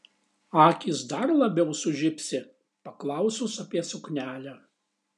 akys dar labiau sužibsi paklausus apie suknelę